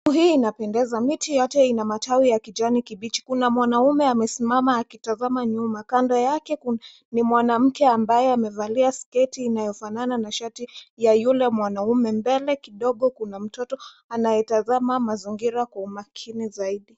Hii inapendeza. Miti yote I a majani ya kijani kibichi. Kuna mwanamme amesimama akitazama nyuma. Kando yake ni mwanamke ambaye amevalia sketi inayo fanana na shati ya yule mwanamme. Mbele kidogo kuna mtoto anaye tazama mazingira kwa makini zaidi.